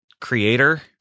creator